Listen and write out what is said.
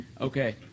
Okay